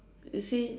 you see